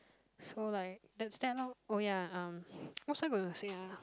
so like that stand lor oh ya um what was I going to say ah